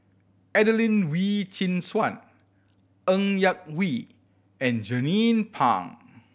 Adelene Wee Chin Suan Ng Yak Whee and Jernnine Pang